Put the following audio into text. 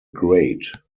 great